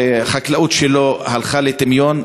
החקלאות שלו הלכה לטמיון,